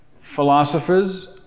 philosophers